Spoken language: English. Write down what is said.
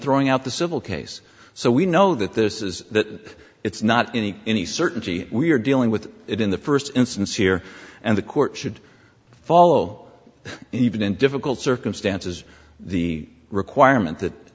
throwing out the civil case so we know that this is that it's not any any certainty we're dealing with it in the first instance here and the court should follow even in difficult circumstances the requirement that